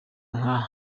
nka